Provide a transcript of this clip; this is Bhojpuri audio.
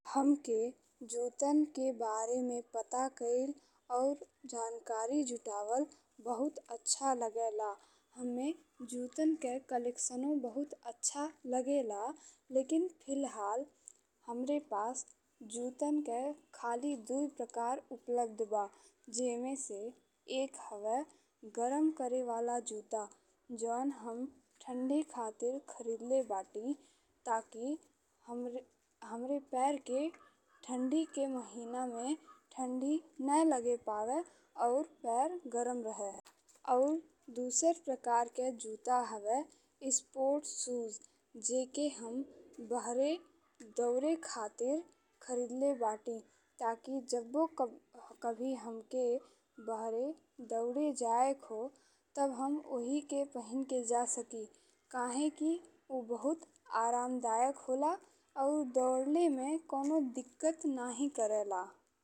हमके जूता के बारे में पता कईल और जानकारी जुटावल बहुत अच्छा लागेला। हममे जूता के कलेक्शनो बहुत अच्छा लागेला, लेकिन फिलहाल हमरे पास जूता के खाली दू प्रकार उपलब्ध बा। जेमे से एक हवे गरम करे वाला जूता जौन हम ठंडी खातिर खरिदले बानी ताकि हमर हमरे पैर के ठंडी के महीना में ठंडी ने लगे पाए और पैर गरम रहे। और दूसरा प्रकार के जूता हवे स्पोर्ट सूज जेके हम बाहरे दौरे खातिर खरिदले बानी ताकि जब्बो कबहुँ कभी हमके बाहरे दौरे जाए के हो तब हम ओही के पहिन के जा सकी। काहे कि उ बहुत आरामदायक होला और दौड़ले में कउनो दिक्कत नाहीं करेला।